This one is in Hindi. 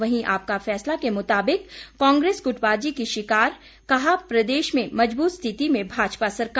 वहीं आपका फैसला के मुताबिक कांग्रेस गुटबाजी की शिकार कहा प्रदेश में मजबूत स्थिति में भाजपा सरकार